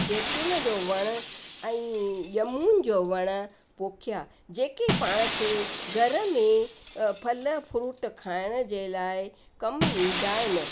जैतून जो वणु ऐं जामुन जो वणु पोखियां जेके पाण खे घर में अ फल फ्रूट खाइण जे लाइ कम ईंदा आहिनि